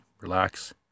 relax